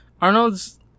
Arnold's